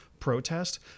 protest